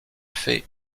fait